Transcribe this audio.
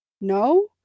no